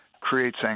creates